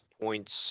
points